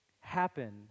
happen